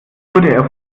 wurde